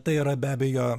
tai yra be abejo